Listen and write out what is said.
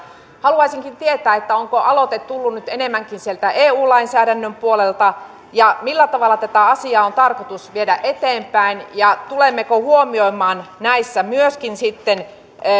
haluaisinkin tietää onko aloite tullut nyt enemmänkin sieltä eu lainsäädännön puolelta ja millä tavalla tätä asiaa on tarkoitus viedä eteenpäin ja tulemmeko huomioimaan näissä myöskin